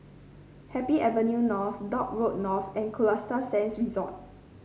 Happy Avenue North Dock Road North and Costa Sands Resort